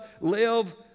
live